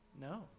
No